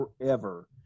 forever